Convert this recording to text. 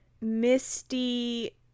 Misty